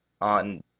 on